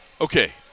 Okay